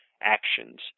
Actions